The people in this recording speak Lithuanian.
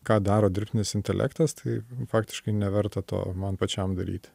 ką daro dirbtinis intelektas tai faktiškai neverta to man pačiam daryti